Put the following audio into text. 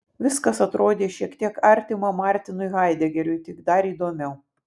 viskas atrodė šiek tiek artima martinui haidegeriui tik dar įdomiau